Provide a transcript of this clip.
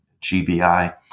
GBI